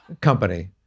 company